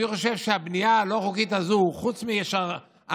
אני חושב שהבנייה הלא-חוקית הזו, חוץ מהרעיון